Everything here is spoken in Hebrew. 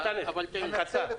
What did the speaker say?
אבל קצר.